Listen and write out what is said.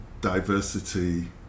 diversity